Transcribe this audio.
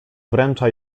wręcza